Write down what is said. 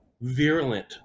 virulent